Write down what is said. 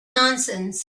nonsense